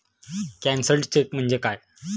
Cancelled cheque म्हणजे काय?